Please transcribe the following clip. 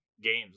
games